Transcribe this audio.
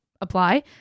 apply